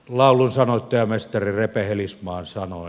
laulunsanoittajamestari repe helismaan sanoin